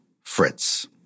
Fritz